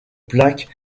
plaques